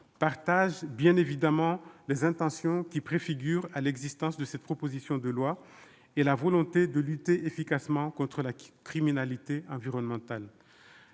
approuvent évidemment les intentions sur lesquelles se fonde cette proposition de loi et la volonté de lutter efficacement contre la criminalité environnementale.